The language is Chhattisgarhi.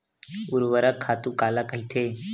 ऊर्वरक खातु काला कहिथे?